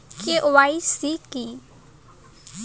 KYC কী?